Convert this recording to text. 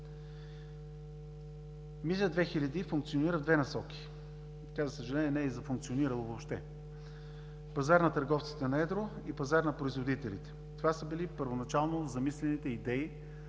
„Мизия 2000“ функционира в две насоки, за съжаление, не е зафункционирала въобще – пазар на търговците на едро и пазар на производителите. Това са били първоначално замислените идеи.